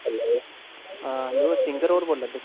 hello हां hello singer होर बोला दे